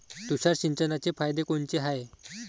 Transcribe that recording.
तुषार सिंचनाचे फायदे कोनचे हाये?